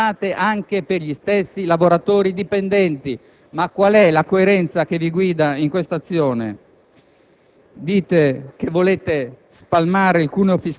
elevatissima per i lavoratori autonomi e li aumentate anche per gli stessi lavoratori dipendenti. Ma quale è la coerenza che vi guida in questa azione?